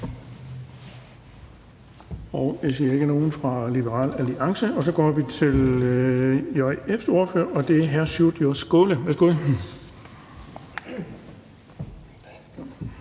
Jeg ser ikke nogen fra Liberal Alliance, så vi går til JF's ordfører, og det er hr. Sjúrður Skaale. Værsgo.